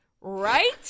Right